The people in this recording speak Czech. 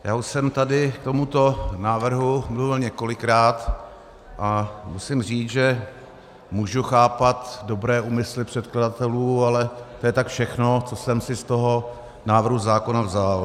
Já už jsem tady k tomuto návrhu mluvit několikrát a musím říct, že můžu chápat dobré úmysly předkladatelů, ale to je tak všechno, co jsem si z toho návrhu zákona vzal.